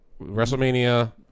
WrestleMania